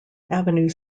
avenue